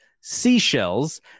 seashells